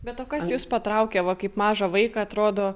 be to kas jus patraukia va kaip mažą vaiką atrodo